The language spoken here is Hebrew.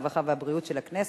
הרווחה והבריאות של הכנסת,